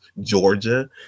Georgia